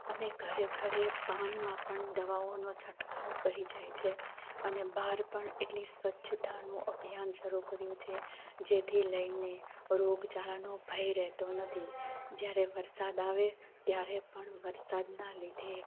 અને ઘરે ઘરે પાણીમાં પણ દવાઓનો છંટકાવ કરી જાય છે અને બાર પણ એટલી સ્વચ્છતાનું અભિયાન શરૂ કર્યું છે જેથી લઈને રોગચાળાનો ભય રહેતો નથી જ્યારે વરસાદ આવે ત્યારે પણ વરસાદના લીધે